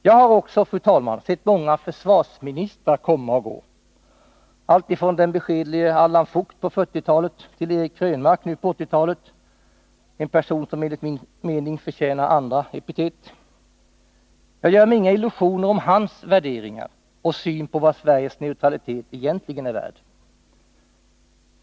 Jag har också, fru talman, sett många försvarsministrar komma och gå, alltifrån den beskedlige Allan Vought på 1940-talet till Eric Krönmark nu på 1980-talet — en person som enligt min mening förtjänar andra epitet. Jag gör mig inga illusioner om hans värderingar och syn på vad Sveriges neutralitet egentligen är värd.